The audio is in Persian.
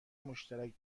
مشترک